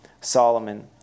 Solomon